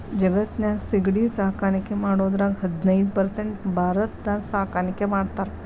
ಜಗತ್ತಿನ್ಯಾಗ ಸಿಗಡಿ ಸಾಕಾಣಿಕೆ ಮಾಡೋದ್ರಾಗ ಹದಿನೈದ್ ಪರ್ಸೆಂಟ್ ಭಾರತದಾಗ ಸಾಕಾಣಿಕೆ ಮಾಡ್ತಾರ